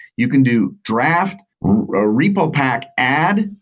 you can do draft, a repo pack add,